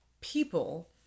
people